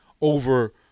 over